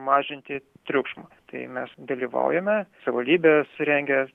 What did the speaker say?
mažinti triukšmą tai mes dalyvaujame savivaldybės rengia